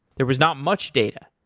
there was not much data.